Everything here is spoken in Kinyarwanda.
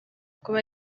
kuba